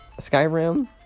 Skyrim